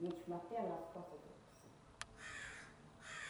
nichmahtia las cosas de por sì.